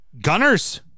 Gunners